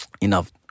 Enough